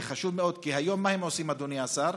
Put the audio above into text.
זה חשוב מאוד, כי מה הם עושים היום, אדוני השר?